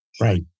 Right